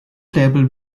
playable